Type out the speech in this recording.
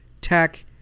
tech